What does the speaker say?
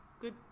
good